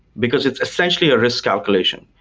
because it's essentially a risk calculation.